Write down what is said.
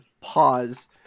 Pause